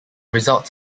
results